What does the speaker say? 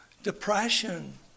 Depression